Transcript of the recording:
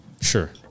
Sure